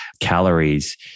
calories